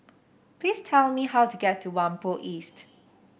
please tell me how to get to Whampoa East